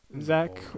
Zach